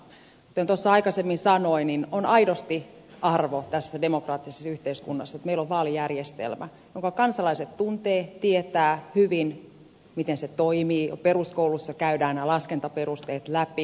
kuten tuossa aikaisemmin sanoin niin on aidosti arvo tässä demokraattisessa yhteiskunnassa että meillä on vaalijärjestelmä jonka kansalaiset tuntevat tietävät hyvin miten se toimii jo peruskoulussa käydään nämä laskentaperusteet läpi